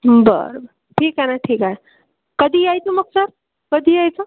बरं बरं ठीक आहे ना ठीक आहे कधी यायचं मग सर कधी यायचं